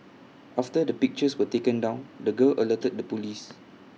after the pictures were taken down the girl alerted the Police